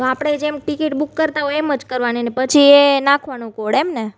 તો આપણે જેમ ટિકિટ બુક કરતાં હોય એમ જ કરવાની ને પછી એ નાખવાનો કોડ એમ ને